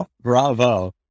Bravo